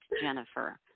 jennifer